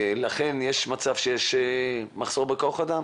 ולכן יש מצב שיש מחסור בכח אדם.